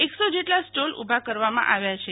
એકસો જેટલા સ્ટોલ ઉભા કરવામાં આવ્યા છે